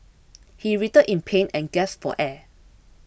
he writhed in pain and gasped for air